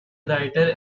writer